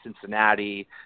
Cincinnati